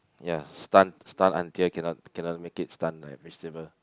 ya stun stun until cannot cannot make it stun like vegetable